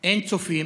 אין צופים,